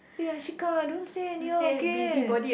ya don't say anyhow okay